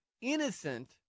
innocent